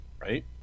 right